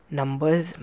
numbers